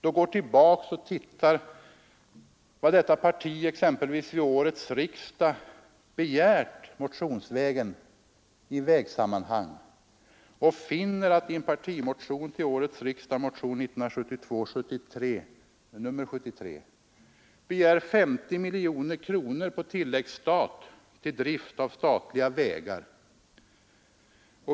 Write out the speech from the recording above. När vi går tillbaka och ser vad detta parti exempelvis vid årets riksdag i motioner begärt i vägsammanhang, finner vi att i en partimotion, nr 73, begärs 50 miljoner kronor på tilläggsstat till drift av statliga vägar.